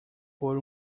por